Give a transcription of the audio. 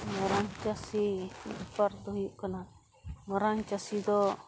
ᱢᱟᱨᱟᱝ ᱪᱟᱹᱥᱤ ᱢᱤᱫᱵᱟᱨ ᱫᱚ ᱦᱩᱭᱩᱜ ᱠᱟᱱᱟ ᱢᱟᱨᱟᱝ ᱪᱟᱹᱥᱤ ᱫᱚ